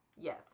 yes